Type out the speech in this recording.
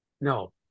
No